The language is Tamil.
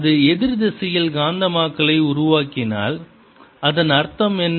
இது எதிர் திசையில் காந்தமாக்கலை உருவாக்கினால் அதன் அர்த்தம் என்ன